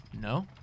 No